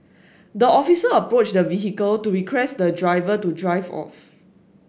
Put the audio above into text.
the officer approached the vehicle to request the driver to drive off